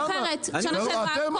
אני זוכרת בשנה שעברה,